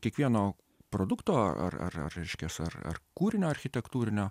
kiekviemo produkto ar ar reiškias ar ar kūrinio architektūrinio